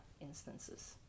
instances